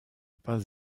pas